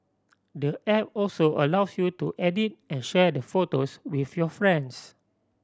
the app also allows you to edit and share the photos with your friends